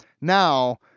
now